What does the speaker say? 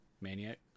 Maniac